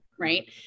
Right